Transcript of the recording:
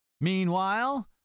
Meanwhile